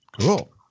Cool